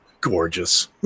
gorgeous